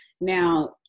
Now